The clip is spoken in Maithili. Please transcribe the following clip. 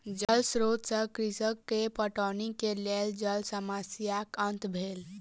जल स्रोत से कृषक के पटौनी के लेल जल समस्याक अंत भेल